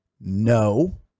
No